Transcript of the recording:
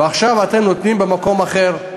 ועכשיו אתם נותנים במקום אחר.